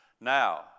Now